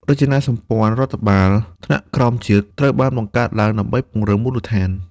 រចនាសម្ព័ន្ធរដ្ឋបាលថ្នាក់ក្រោមជាតិត្រូវបានបង្កើតឡើងដើម្បីពង្រឹងមូលដ្ឋាន។